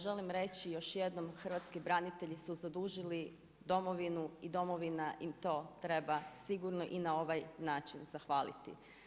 Želim reći još jednom, hrvatski branitelji su zadužili domovinu i domovina im to treba sigurno i na ovaj način zahvaliti.